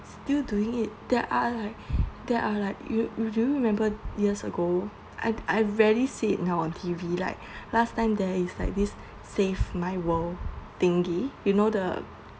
still doing it there are like there are like you do you remember years ago I I rarely see it now on T V like last time there is like this save my world thingy you know the